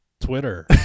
twitter